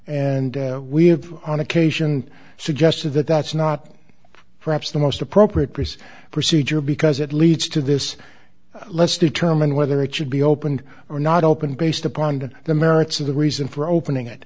we have on occasion suggested that that's not perhaps the most appropriate place procedure because it leads to this let's determine whether it should be opened or not opened based upon the merits of the reason for opening it